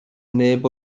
neb